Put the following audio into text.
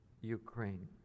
Ukraine